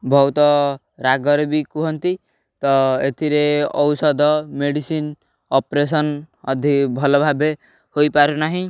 ବହୁତ ରାଗରେ ବି କୁହନ୍ତି ତ ଏଥିରେ ଔଷଧ ମେଡ଼ିସିନ ଅପରେସନ୍ ଅଧେ ଭଲ ଭାବେ ହୋଇପାରୁନାହିଁ